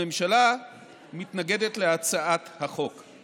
הממשלה מתנגדת להצעת החוק,